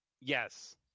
Yes